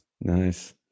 Nice